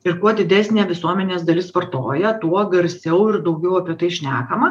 ir kuo didesnė visuomenės dalis vartoja tuo garsiau ir daugiau apie tai šnekama